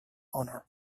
honor